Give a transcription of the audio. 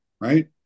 right